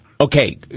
Okay